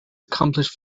accomplished